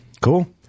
Cool